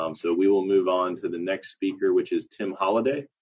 um so we will move on to the next speaker which is tim holiday.